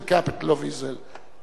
the capital of Israel.